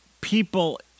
people